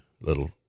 little